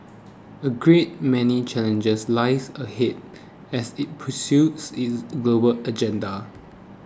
a great many challenges lie ahead as it pursues its global agenda